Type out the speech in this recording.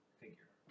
figure